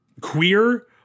queer